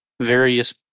various